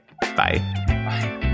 bye